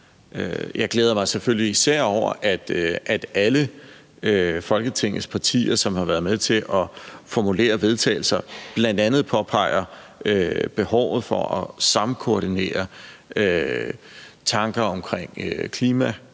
selvfølgelig især over, at alle Folketingets partier, som har været med til at formulere vedtagelser, bl.a. påpeger behovet for at samkoordinere tanker omkring